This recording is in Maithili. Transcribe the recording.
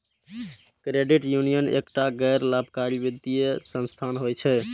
क्रेडिट यूनियन एकटा गैर लाभकारी वित्तीय संस्थान होइ छै